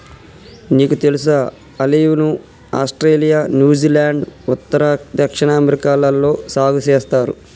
నీకు తెలుసా ఆలివ్ ను ఆస్ట్రేలియా, న్యూజిలాండ్, ఉత్తర, దక్షిణ అమెరికాలలో సాగు సేస్తారు